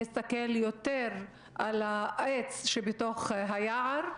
להסתכל יותר על העץ שבתוך היער,